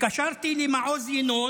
התקשרתי למעוז ינון